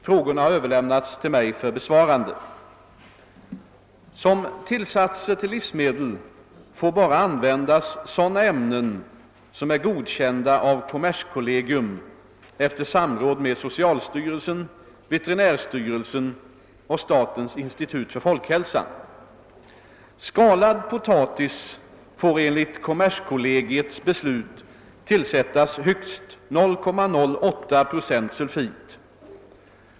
Frågorna har överlämnats till mig för besvarande. Som tillsatser till livsmedel får bara användas sådana ämnen som är godkända av kommerskollegium efter samråd med socialstyrelsen, veterinärstyrelsen och statens institut för folkhälsan. Skalad potatis får enligt kommerskollegiets beslut tillsättas högst 0,08 procent sulfit.